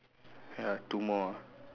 ya two more ah